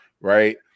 right